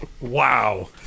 Wow